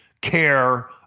care